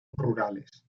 rurales